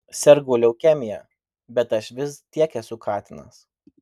sergu leukemija bet aš vis tiek esu katinas